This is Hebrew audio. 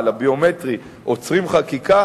ההצבעה, על המאגר הביומטרי, עוצרים חקיקה?